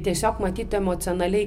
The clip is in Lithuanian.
tiesiog matyt emocionaliai